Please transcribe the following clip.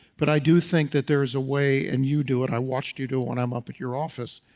but i do think that there is a way and you do it i watched you two when i'm up at your office,